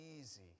easy